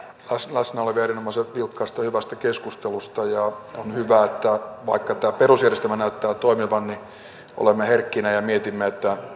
läsnäolevia erinomaisen vilkkaasta ja hyvästä keskustelusta on hyvä että vaikka tämä perusjärjestelmä näyttää toimivan niin olemme herkkinä ja mietimme